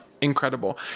Incredible